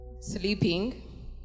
sleeping